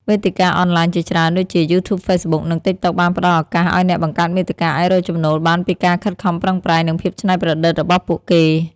វេទិកាអនឡាញជាច្រើន ដូចជា យូធូប ហ្វេសប៊ុក និង តិកតុក បានផ្តល់ឱកាសឲ្យអ្នកបង្កើតមាតិកាអាចរកចំណូលបានពីការខិតខំប្រឹងប្រែង និងភាពច្នៃប្រឌិតរបស់ពួកគេ។